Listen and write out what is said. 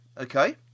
Okay